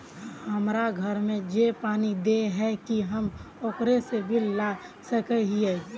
हमरा घर में जे पानी दे है की हम ओकरो से बिल ला सके हिये?